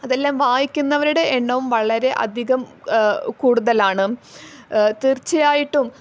അതെല്ലാം വായിക്കുന്നവരുടെ എണ്ണവും വളരെ അധികം കൂടുതലാണ് തീർച്ചയായിട്ടും